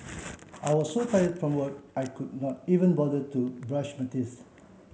I was so tired from work I could not even bother to brush my teeth